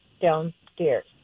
downstairs